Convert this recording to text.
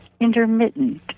intermittent